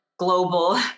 global